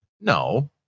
No